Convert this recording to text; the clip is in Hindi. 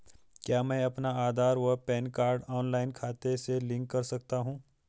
क्या मैं अपना आधार व पैन कार्ड ऑनलाइन खाते से लिंक कर सकता हूँ?